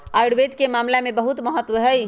आयुर्वेद में आमला के बहुत महत्व हई